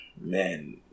Man